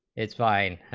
its five,